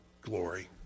glory